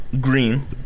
green